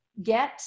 get